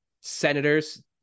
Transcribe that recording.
Senators